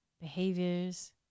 behaviors